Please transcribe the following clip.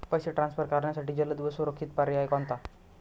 पैसे ट्रान्सफर करण्यासाठी जलद व सुरक्षित पर्याय कोणता?